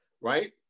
right